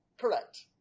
correct